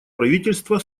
правительства